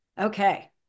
Okay